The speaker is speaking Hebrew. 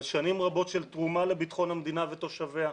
על שנים רבות של תרומה לבטחון המדינה ותושביה,